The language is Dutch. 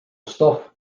stof